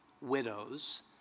widows